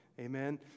Amen